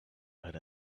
had